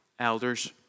Elders